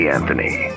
Anthony